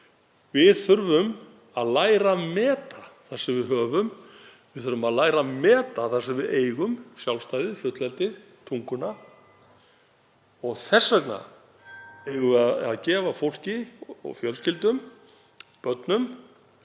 Við þurfum að læra að meta það sem við höfum. Við þurfum að læra að meta það sem við eigum, sjálfstæðið, fullveldið, tunguna. Þess vegna eigum við að gefa fólki og fjölskyldum, börnum,